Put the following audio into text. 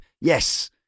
Yes